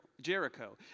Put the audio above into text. Jericho